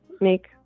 make